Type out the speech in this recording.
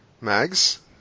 Mags